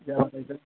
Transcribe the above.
केह् हाल ऐ सर